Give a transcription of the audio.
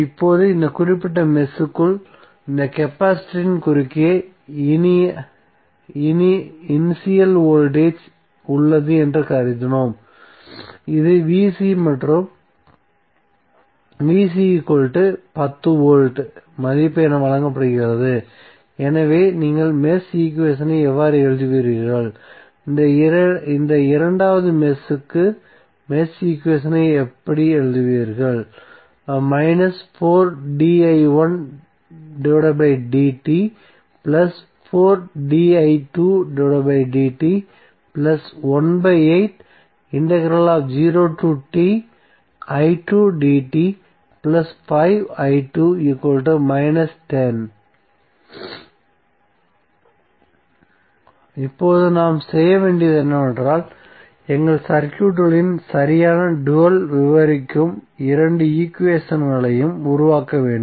இப்போது இந்த குறிப்பிட்ட மெஷ் க்குள் இந்த கெபாசிட்டரின் குறுக்கே இனிஷியல் வோல்டேஜ் உள்ளது என்று கருதினோம் இது மற்றும் 10 வோல்ட் மதிப்பு என வழங்கப்படுகிறது எனவே நீங்கள் மெஷ் ஈக்குவேஷனை எவ்வாறு எழுதுவீர்கள் இந்த இரண்டாவது மெஷ்க்கு மெஷ் ஈக்குவேஷனை இப்படி எழுதுவீர்கள் இப்போது நாம் செய்ய வேண்டியது என்னவென்றால் எங்கள் சர்க்யூட்களின் சரியான டூயல் விவரிக்கும் இரண்டு ஈக்குவேஷன்களை உருவாக்க வேண்டும்